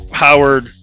Howard